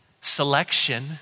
selection